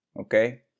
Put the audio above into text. okay